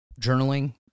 journaling